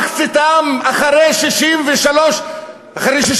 מחציתם אחרי 65 שנים,